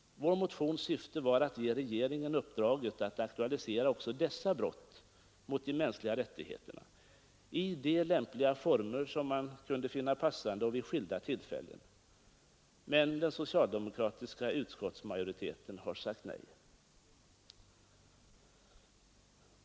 Vår motions syfte var att ge regeringen uppdraget att aktualisera också dessa brott mot de mänskliga rättigheterna i de former som man kunde finna passande och vid skilda tillfällen. Men den socialdemokratiska utskottsmajoriteten har sagt nej.